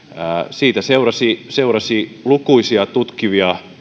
siitä seurasi lukuisia tutkivia